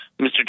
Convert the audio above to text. Mr